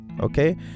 okay